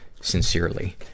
Sincerely